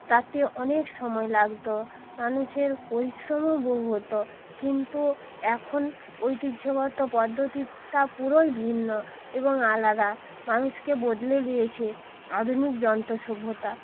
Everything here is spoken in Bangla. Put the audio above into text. তাতে অনেক সময় লাগত মানুষের পরিশ্রমও বহু হতো কিন্তু এখন ঐতিহ্যগত পদ্ধতিটা পুরোই ভিন্ন এবং আলাদা মানুষকে বদলে দিয়েছে আধুনিক যন্ত্র সভ্যতা